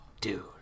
Dude